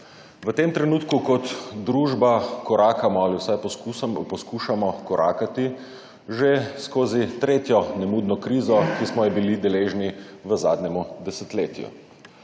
V tem trenutku kot družba korakamo ali vsaj poskušamo korakati že skozi tretjo nemudno krizo, ki smo jo bili deležni v zadnjemu desetletju.